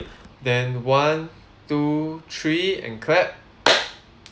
then one two three and clap